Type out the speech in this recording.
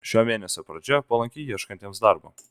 šio mėnesio pradžia palanki ieškantiems darbo